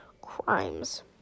crimes